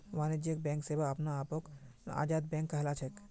वाणिज्यिक बैंक सेवा अपने आपत आजाद बैंक कहलाछेक